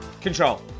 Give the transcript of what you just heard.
Control